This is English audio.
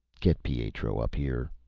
get pietro up here!